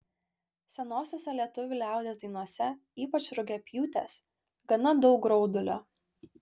senosiose lietuvių liaudies dainose ypač rugiapjūtės gana daug graudulio